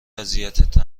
اذیتت